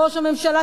ראש הממשלה,